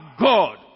God